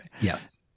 yes